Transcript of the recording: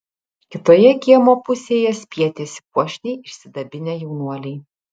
kitoje kiemo pusėje spietėsi puošniai išsidabinę jaunuoliai